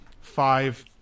five